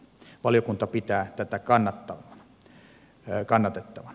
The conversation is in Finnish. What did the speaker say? valiokunta pitää tätä kannatettavana